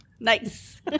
Nice